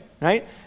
right